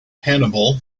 hannibal